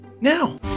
now